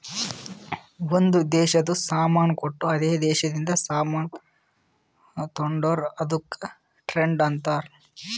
ಒಂದ್ ದೇಶದು ಸಾಮಾನ್ ಕೊಟ್ಟು ಅದೇ ದೇಶದಿಂದ ಸಾಮಾನ್ ತೊಂಡುರ್ ಅದುಕ್ಕ ಟ್ರೇಡ್ ಅಂತಾರ್